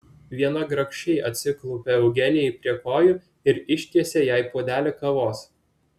viena grakščiai atsiklaupė eugenijai prie kojų ir ištiesė jai puodelį kavos